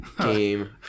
game